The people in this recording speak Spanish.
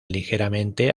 ligeramente